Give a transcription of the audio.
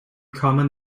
common